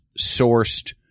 sourced